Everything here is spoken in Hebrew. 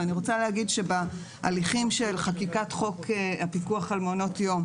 ואני רוצה להגיד שבהליכים של חקיקת חוק הפיקוח על מעונות יום,